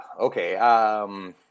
okay